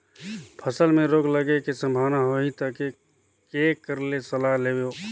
फसल मे रोग लगे के संभावना होही ता के कर ले सलाह लेबो?